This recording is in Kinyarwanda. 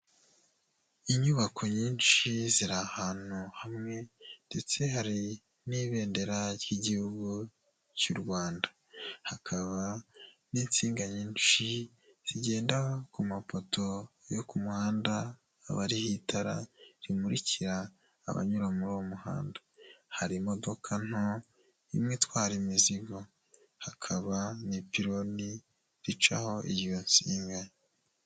Inyinshi ziri ahantu hamwe ndetse hari n'ibendera ry'igihugu cy'u Rwanda, hakaba n'insinga nyinshi zigende ku mapoto yo ku muhanda abari itara rimurikira abanyura muri uwo muhanda, hari imodoka nto, imwe itwara imizigo, hakaba n'ipironi ricaho izo nsinga.